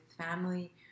family